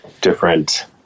different